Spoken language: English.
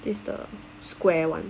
this the square [one]